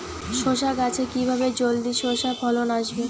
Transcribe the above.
শশা গাছে কিভাবে জলদি শশা ফলন আসবে?